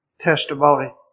testimony